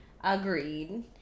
agreed